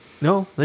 No